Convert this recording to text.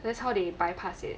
that's how they bypass it